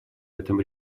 этом